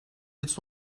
jetzt